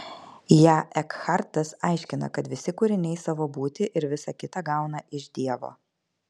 ją ekhartas aiškina kad visi kūriniai savo būtį ir visa kita gauna iš dievo